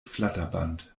flatterband